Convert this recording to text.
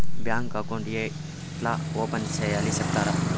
Bank account ఏ ఎట్లా open సేయాలి సెప్తారా?